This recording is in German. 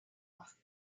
auf